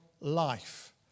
life